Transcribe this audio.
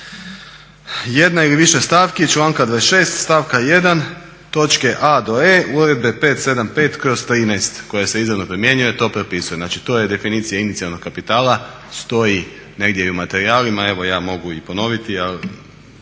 jedna ili više stavki iz članka 26.stavka 1.točke a do e Uredbe 575/13 koja se izravno primjenjuje, a to propisuje. Znači to je definicija inicijalnog kapitala, stoji negdje i u materijalima, evo ja mogu i ponoviti, dakle